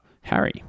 Harry